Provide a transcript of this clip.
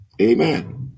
Amen